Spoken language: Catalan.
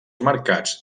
mercats